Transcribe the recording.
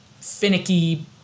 finicky